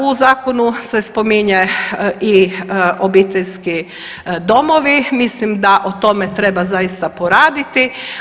U zakonu se spominje i obiteljski domovi, mislim da o tome treba zaista poraditi.